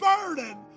burden